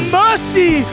mercy